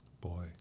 Boy